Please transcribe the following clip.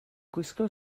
gwisgo